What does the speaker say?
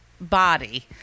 body